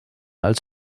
als